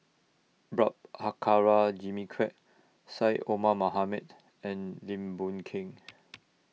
Prabhakara Jimmy Quek Syed Omar Mohamed and Lim Boon Keng